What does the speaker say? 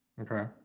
Okay